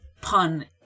pun